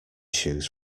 shoes